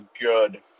good